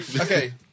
Okay